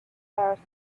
earth